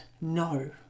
no